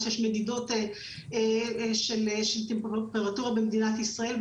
שיש מדידות של טמפרטורה במדינת ישראל,